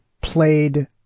played